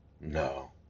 No